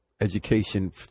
education